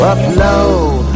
Upload